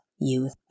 youth